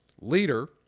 leader